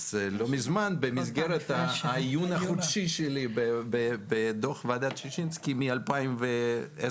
לא מזמן במסגרת העיון החודשי שלי בדוח ועדת ששינסקי מ-2010-2011,